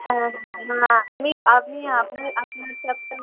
হ্যাঁ হ্যাঁ হ্যাঁ আমি আপনি আপনার আপনার চাপটা